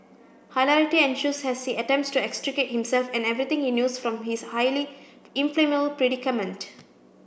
hilarity ensues as he attempts to extricate himself and everything he knows from his highly predicament